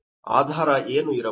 ಆಧಾರ ಏನು ಇರಬಹುದು